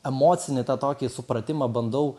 emocinį tą tokį supratimą bandau